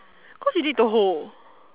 cause you need to hold